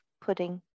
pudding